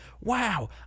wow